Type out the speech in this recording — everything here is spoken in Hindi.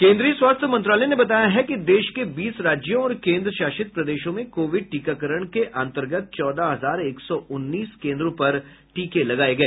केंद्रीय स्वास्थ्य मंत्रालय ने बताया है कि देश के बीस राज्यों और केंद्र शासित प्रदेशों में कोविड टीकाकरण के अंतर्गत चौदह हजार एक सौ उन्नीस केंद्रों पर टीके लगाए गए